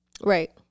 right